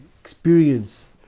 experience